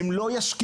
הן לא ישקיעו,